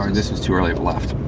um this is too early left